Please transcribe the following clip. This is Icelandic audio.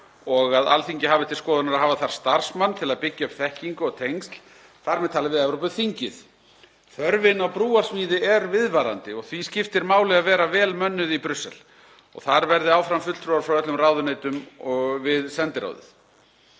og að Alþingi hafi til skoðunar að hafa þar starfsmann til að byggja upp þekkingu og tengsl, þar með talið við Evrópuþingið. Þörfin á brúarsmíði er viðvarandi og því skiptir máli að vera vel mönnuð í Brussel og þar verði áfram fulltrúar frá öllum ráðuneytum og við sendiráðið.